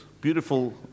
beautiful